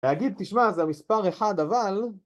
להגיד, תשמע, זה המספר אחד, אבל...